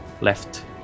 left